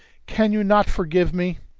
can you not forgive me?